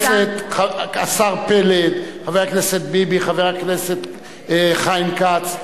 השר פלד, חבר הכנסת ביבי, חבר הכנסת חיים כץ,